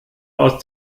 aus